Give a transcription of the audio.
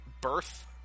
Birth